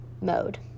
mode